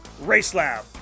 Racelab